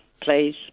please